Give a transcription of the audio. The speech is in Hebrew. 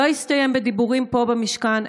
לא יסתיים בדיבורים פה במשכן,